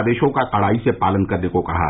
आदेशों का कड़ाई से पालन कराने के लिए कहा है